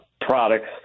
products